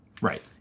Right